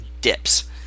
dips